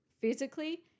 physically